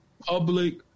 public